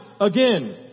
again